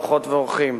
אורחות ואורחים,